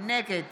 נגד